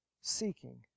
seeking